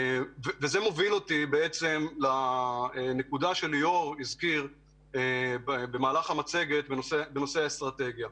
זה מוביל אותי לדבריו של ליאור פורקוש בנושא האסטרטגיה.